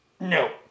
No